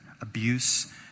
abuse